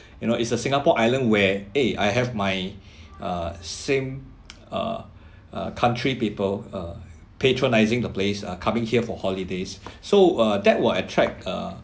you know it's a singapore island where eh I have my uh same uh uh country people uh patronising the place uh coming here for holidays so uh that will attract uh